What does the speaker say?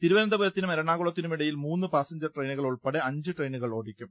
തിരുവനന്തപുരത്തിനും എറണാകുളത്തിനുമിടയിൽ മൂന്ന് പാസഞ്ചർ ട്രെയിനുകൾ ഉൾപ്പെടെ അഞ്ച് ട്രെയിനുകൾ ഓടിക്കും